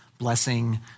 Blessing